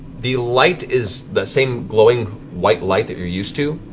the light is the same glowing white light that you're used to.